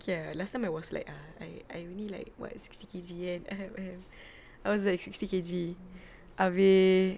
okay last time I was like I I only like what sixty K_G kan and I have I have I was like sixty K_G abeh